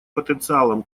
потенциалом